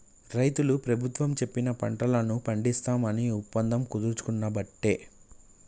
రైతులు ప్రభుత్వం చెప్పిన పంటలను పండిస్తాం అని ఒప్పందం కుదుర్చుకునబట్టే